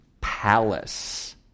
palace